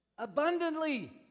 abundantly